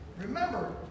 Remember